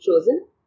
chosen